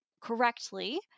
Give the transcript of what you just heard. correctly